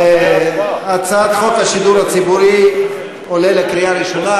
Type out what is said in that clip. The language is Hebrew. הצעת חוק השידור הציבורי עולה לקריאה ראשונה,